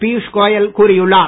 பியூஷ் கோயல் கூறியுள்ளார்